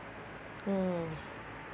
mm